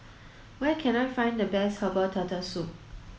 where can I find the best herbal turtle soup